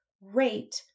rate